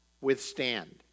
withstand